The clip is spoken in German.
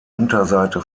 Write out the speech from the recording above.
unterseite